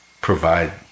provide